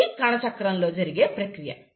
ఇది కణచక్రం లో జరిగే ప్రక్రియ